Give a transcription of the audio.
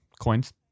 coins